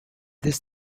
this